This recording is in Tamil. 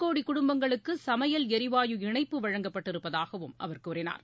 கோடிகுடும்பங்களுக்குசமையல் எரிவாயு இணைப்பு வழங்கப்பட்டிருப்பதாகவும் ஏழு அவர் கூறினார்